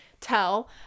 tell